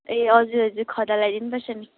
ए हजुर त्यो खदा लगाई दिनुपर्छ नि